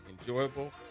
enjoyable